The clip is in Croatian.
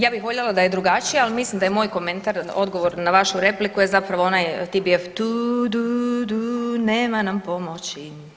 Ja bih voljela da je drugačije, ali mislim da je moj komentar, odgovor na vašu repliku je upravo onaj TBF tu du du nema nam pomoći.